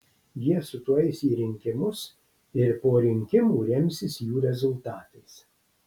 jie su tuo eis į rinkimus ir po rinkimų remsis jų rezultatais